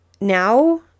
now